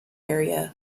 area